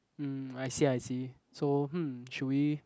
mm I see I see so hmm should we